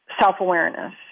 self-awareness